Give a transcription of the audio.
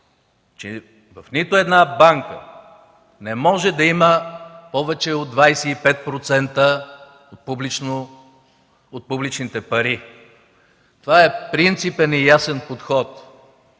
че в нито една банка не може да има повече от 25% от публичните пари. Това е принципен и ясен подход.